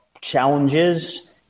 challenges